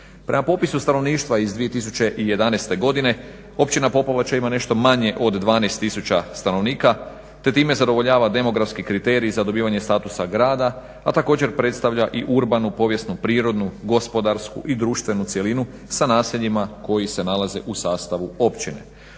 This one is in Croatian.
Prema popisu stanovništva iz 2011. godine Općina Popovača ima nešto manje od 12 tisuća stanovnika te time zadovoljava demografski kriterij za dobivanje statusa grada a također predstavlja i urbanu, povijesnu, prirodnu, gospodarsku i društvenu cjelinu sa naseljima koja se nalaze u sastavu općine.